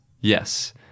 Yes